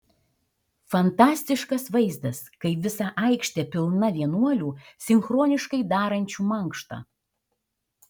fantastiškas vaizdas kai visa aikštė pilna vienuolių sinchroniškai darančių mankštą